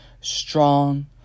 strong